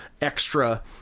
extra